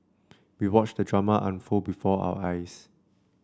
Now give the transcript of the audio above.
we watched the drama unfold before our eyes